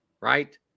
right